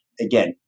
again